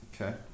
Okay